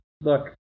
look